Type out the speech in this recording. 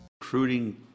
recruiting